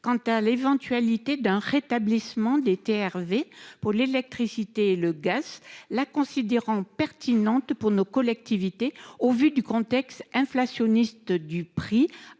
quant à l'éventualité d'un rétablissement des TRV pour l'électricité le Guess la considérant pertinentes pour nos collectivités. Au vu du contexte inflationniste du prix